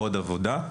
עוד עבודה,